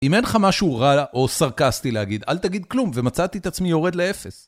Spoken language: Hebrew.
אם אין לך משהו רע או סרקסטי להגיד, אל תגיד כלום, ומצאתי את עצמי יורד לאפס.